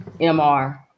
MR